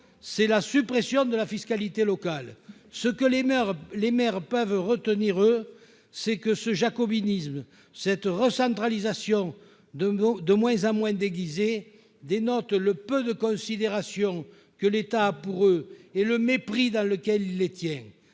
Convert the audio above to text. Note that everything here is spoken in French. c'est la suppression de la fiscalité locale. » Ce que les maires peuvent retenir, eux, c'est que ce jacobinisme et cette recentralisation de moins en moins déguisée dénotent le peu de considération que l'État a pour eux et le mépris dans lequel il les tient.